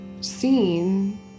Seen